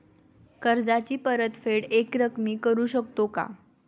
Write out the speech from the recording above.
कर्जाची परतफेड एकरकमी करू शकतो का?